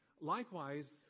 Likewise